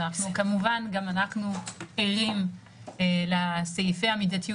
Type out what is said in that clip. כמובן גם אנחנו ערים לסעיפי המידתיות